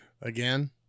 Again